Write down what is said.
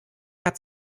hat